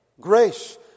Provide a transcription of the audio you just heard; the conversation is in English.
Grace